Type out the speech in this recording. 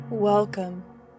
Welcome